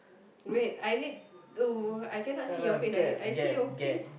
wait I need to I cannot see your face I I see your face